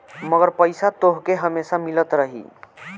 मगर पईसा तोहके हमेसा मिलत रही